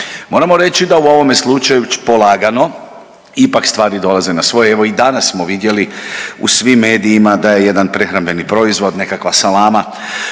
moramo reći da u ovome slučaju polagano ipak stvari dolaze na svoje. Evo i danas smo vidjeli u svim medijima da je jedan prehrambeni proizvod, nekakva salama